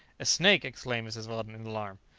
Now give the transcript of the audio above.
a snake! exclaimed mrs. weldon in alarm.